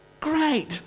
great